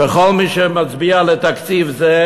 וכל מי שמצביע לתקציב זה,